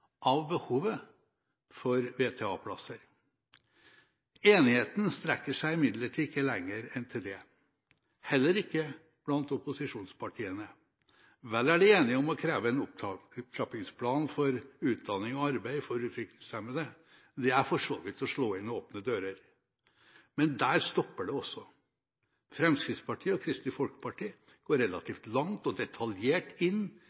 av behovet for VTA-plasser. Enigheten strekker seg imidlertid ikke lenger enn til det, heller ikke blant opposisjonspartiene. Vel er de enige om å kreve en opptrappingsplan for utdanning og arbeid for utviklingshemmede – det er for så vidt å slå inn åpne dører – men der stopper det også. Fremskrittspartiet og Kristelig Folkeparti går relativt langt og detaljert inn